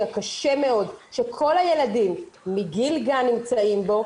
הקשה מאוד שכל הילדים מגיל גן נמצאים בו,